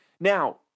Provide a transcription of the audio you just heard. Now